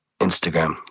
Instagram